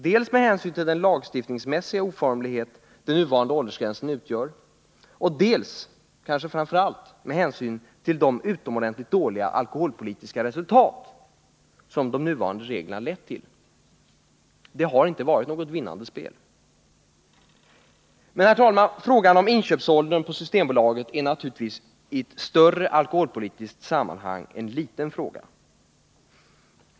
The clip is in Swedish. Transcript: Dels bör man ta hänsyn till den lagstiftningsmässiga oformlighet den nuvarande åldersgränsen utgör, och dels, kanske framför allt, bör man ta hänsyn till de utomordentligt dåliga alkoholpolitiska resultat som de nuvarande reglerna lett till. Det har inte varit något vinnande spel. Men, herr talman, frågan om inköpsåldern på Systembolaget är naturligtvisi ett större alkoholpolitiskt sammanhang en liten fråga.